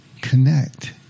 connect